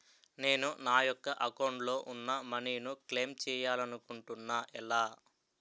నేను నా యెక్క అకౌంట్ లో ఉన్న మనీ ను క్లైమ్ చేయాలనుకుంటున్నా ఎలా?